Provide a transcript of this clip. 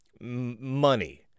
money